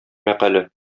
мәкале